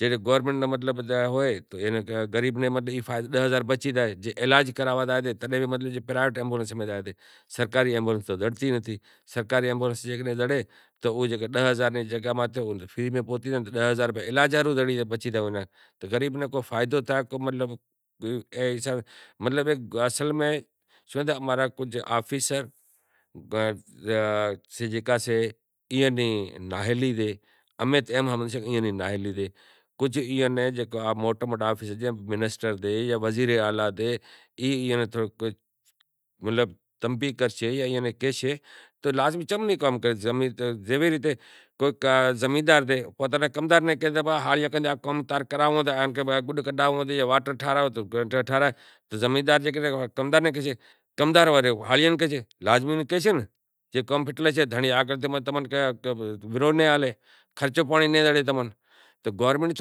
جہڑے گورمینٹ فری ایمبولینس آلے تو غریب وچارے ناں داہ ہزار بچی جائیں، زے پیشا ماتھے زائیں تو بھی پرائیویٹ ایمبلونس میں زائیں سرکاری ایمبولینس زڑتی نتھی۔ سرکاری ایمبولینس زڑے تو او داہ ہزار روپیا ئلاج ہاروں بچی زائیں۔ تو غریب ناں کو فائدو تھے تو اے حساب میں اماں را کجھ آفیسراں نیں کجھ نااہلی سے، موٹا موٹا آفیسر سیں منسٹر سے جاں وزراعلی سے ایئاں نیں تھوڑو ملک تنبیہہ کرشے یا کہہیسے تو زمیندار جیکڈینہں کمدار ناں کہیشے کمدار وڑے ہاڑیاں ناں کہیشے لازمی کہیشے ناں۔ جے کام فٹی زاشے تو زمیندار اینے ورو ناں آلے زے گورمینٹ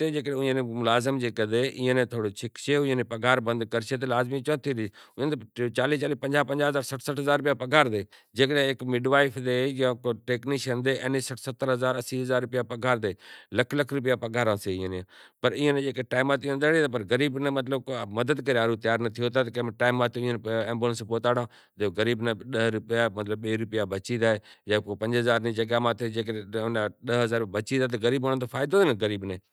ایئاں ناں سکشے ایناں پگھار بند کرشے تو پسے کام کرشیں۔ پنجاہ پنجاہ سٹھ ستر اسی ہزار پگھار آلیں لکھ لکھ روپیا ایناں پگھاراں سیں۔ ایناں ٹیم تے پگھار زڑے پنڑ غریبان نو کو خیال بھی ناں راکھیں۔